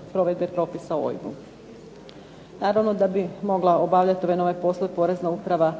provedbe propisa o OIB-u. Naravno da bi mogla obavljati ove nove poslove Porezna uprava